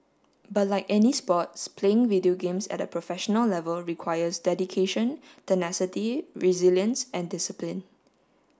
but like any sports playing video games at a professional level requires dedication tenacity resilience and discipline